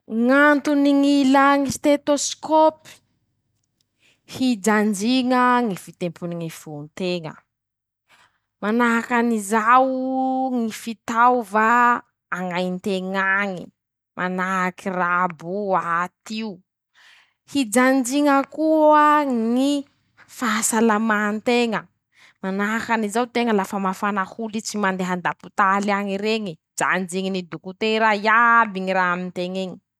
Ñ'antony ñ'ilà ñy sitetôsikôpy: -Hijanjiña ñy fitepony ñy fo nteña, manahakan'izaoo, ñy fitaova añainteñ'añy, manahaky raboo, atio, hijanjiña koa ñy fahasalamanteña, manahakan'izao teña lafa mafana holitsy mandeha andapotaly añy reñe, janjiñiny dokotera iaby ñy raha aminteñeñ.